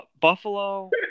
Buffalo